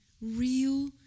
real